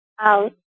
out